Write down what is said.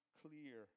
clear